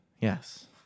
Yes